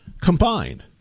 combined